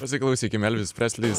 pasiklausykime elvis preslis